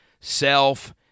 self